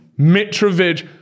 Mitrovic